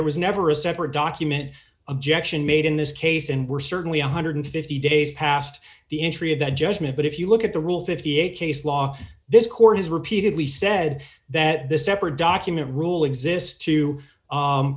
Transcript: there was never a separate document objection made in this case and we're certainly one hundred and fifty days past the entry of that judgment but if you look at the rule fifty eight case law this court has repeatedly said that this separate document rule exists to